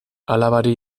alabari